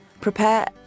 prepare